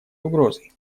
угрозой